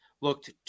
looked